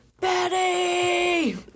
Betty